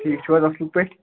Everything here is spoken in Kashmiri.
ٹھیٖک چھُو حظ اَصٕل پٲٹھۍ